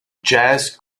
jazz